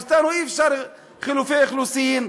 אתנו אי-אפשר לעשות חלופי אוכלוסין,